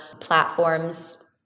platforms